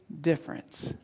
difference